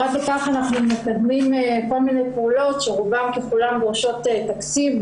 פרט לכך אנחנו מקדמים כל מיני פעולות שרובן ככולן דורשות תקציב,